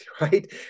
right